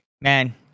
Man